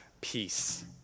peace